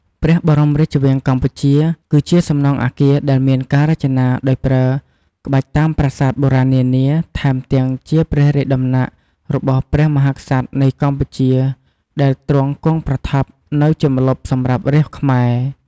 ព្រះបរមរាជវាំងកម្ពុជាគឺជាសំណង់អាគារដែលមានការរចនាដោយប្រើក្បាច់តាមប្រាសាទបុរាណនានា ថែមទាំងជាព្រះរាជដំណាក់របស់អង្គព្រះមហាក្សត្រនៃកម្ពុជា ដែលទ្រង់គង់ប្រថាប់នៅជាម្លប់សម្រាប់រាស្រ្តខ្មែរ ។